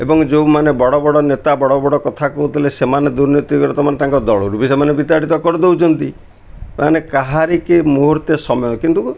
ଏବଂ ଯେଉଁମାନେ ବଡ଼ ବଡ଼ ନେତା ବଡ଼ ବଡ଼ କଥା କହୁଥିଲେ ସେମାନେ ଦୁର୍ନୀତି ମାନେ ତାଙ୍କ ଦଳରୁ ବି ସେମାନେ ବିତାଡ଼ିତ କରିଦଉଛନ୍ତି ତା ମାନେ କାହାରିକି ମୁହୂର୍ତ୍ତେ ସମୟ କିନ୍ତୁ